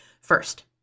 First